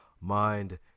mind